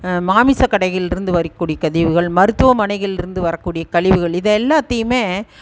மாமிச கடையிலிருந்து வரக்கூடிய கழிவுகள் மருத்துவமனையில் இருந்து வரக்கூடிய கழிவுகள் இதை எல்லாத்தையுமே